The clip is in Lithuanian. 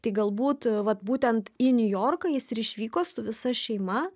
tai galbūt vat būtent į niujorką jis ir išvyko su visa šeima